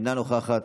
אינה נוכחת,